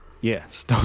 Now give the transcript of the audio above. Yes